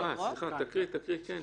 תקריא את החוק.